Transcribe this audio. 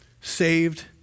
saved